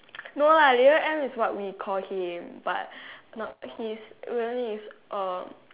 no lah leader M is what we call him but not his real name is uh